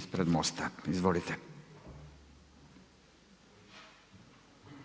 ispred MOST-a. Izvolite.